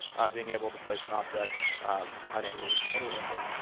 being able to place an object on any any angle.